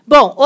Bom